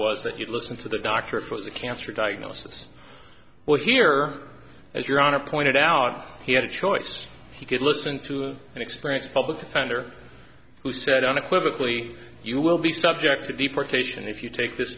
was that you listen to the doctor for the cancer diagnosis we're here as your honor pointed out he had a choice he could listen through and experience a public defender who said unequivocally you will be subject to deportation if you take this